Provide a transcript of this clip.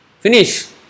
Finish